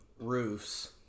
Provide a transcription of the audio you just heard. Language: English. roofs